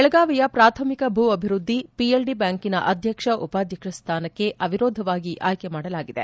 ಬೆಳಗಾವಿಯ ಪ್ರಾಥಮಿಕ ಭೂ ಅಭಿವೃದ್ದಿ ಪಿಎಲ್ಡಿ ಬ್ಯಾಂಕಿನ ಅಧ್ಯಕ್ಷ ಉಪಾಧ್ಯಕ್ಷ ಸ್ದಾನಕ್ಕೆ ಅವಿರೋಧವಾಗಿ ಆಯ್ಕೆ ಮಾಡಲಾಗಿದೆ